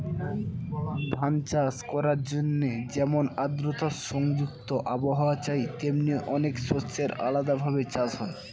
ধান চাষ করার জন্যে যেমন আদ্রতা সংযুক্ত আবহাওয়া চাই, তেমনি অনেক শস্যের আলাদা ভাবে চাষ হয়